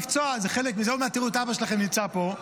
עוד מעט תראו את אבא שלכם נמצא פה,